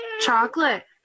Chocolate